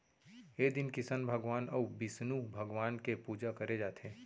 ए दिन किसन भगवान अउ बिस्नु भगवान के पूजा करे जाथे